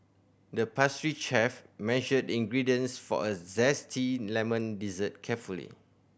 the pastry chef measured the ingredients for a zesty lemon dessert carefully